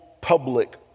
public